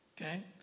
Okay